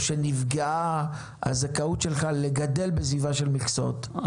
או שנפגעה הזכאות שלך לגדל בסביבה של מכסות,